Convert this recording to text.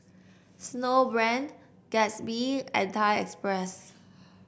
Snowbrand Gatsby and Thai Express